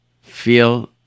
feel